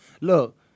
Look